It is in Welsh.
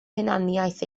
hunaniaeth